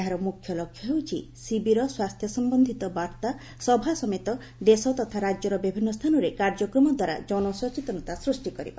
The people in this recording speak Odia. ଏହାର ମୁଖ୍ୟ ଲକ୍ଷ୍ୟ ହେଉଛି ଶିବିର ସ୍ୱାସ୍ଥ୍ୟ ସମ୍ଭନ୍ଧିତ ବାର୍ଭା ସଭା ସମେତ ଦେଶ ତଥା ରାଜ୍ୟର ବିଭିନ୍ନ ସ୍ଥାନରେ କାର୍ଯ୍ୟକ୍ରମ ଦ୍ୱାରା ଜନସଚେତନତା ସୃଷ୍ଟି କରିବା